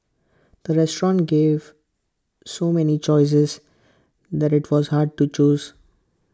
the restaurant gave so many choices that IT was hard to choose